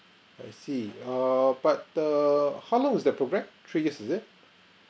I see err but the how long is the program three years is it